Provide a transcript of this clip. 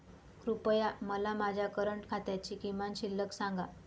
कृपया मला माझ्या करंट खात्याची किमान शिल्लक सांगा